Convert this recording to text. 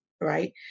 right